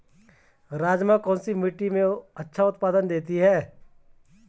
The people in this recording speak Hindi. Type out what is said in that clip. राजमा कौन सी मिट्टी में अच्छा उत्पादन देता है?